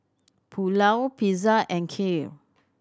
Pulao Pizza and Kheer